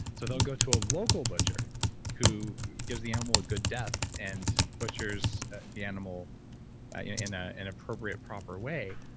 so they'll go to a local butcher who gives the animal a good death and butchers the animal in ah an appropriate proper way,